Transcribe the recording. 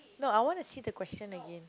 no I want to see the question again